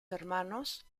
hermanos